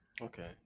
Okay